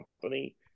company